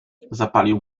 zapalił